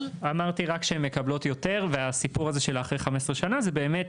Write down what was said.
אמרתי רק שהן מקבלות יותר והסיפור הזה של ה-אחרי 15 שנה זה באמת,